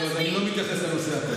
טוב, אז אני לא מתייחס לנושא הקודם.